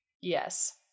yes